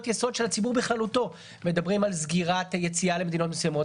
יסוד של הציבור בכללותו: מדברים על סגירת היציאה למדינות מסוימות,